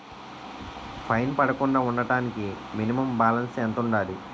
Fine పడకుండా ఉండటానికి minimum balance ఎంత ఉండాలి?